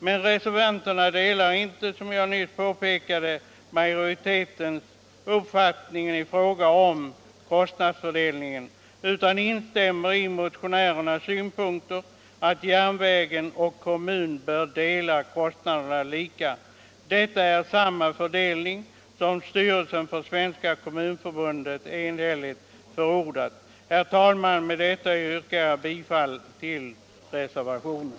Men reservanterna delar inte, som jag nyss påpekade, utskottsmajoritetens uppfattning i fråga om kostnadsfördelningen utan instämmer i motionärernas synpunkt att järnvägen och kommunen bör dela kostnaderna lika. Detta är samma fördelning som styrelsen för Svenska kommunförbundet enhälligt förordat. Herr talman! Med det anförda yrkar jag bifall till reservationen.